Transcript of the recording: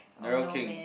NarelleKheng